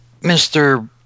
Mr